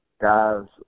guys